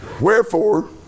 Wherefore